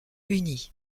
uni